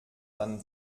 dann